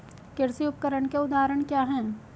कृषि उपकरण के उदाहरण क्या हैं?